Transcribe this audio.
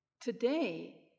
today